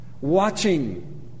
watching